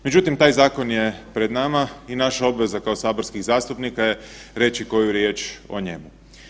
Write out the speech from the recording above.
Međutim, taj zakon je pred nama i naša obveza kao saborskih zastupnika je reći koju riječ o njemu.